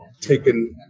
taken